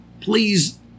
please